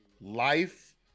Life